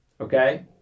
Okay